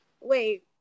Wait